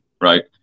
right